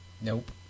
Nope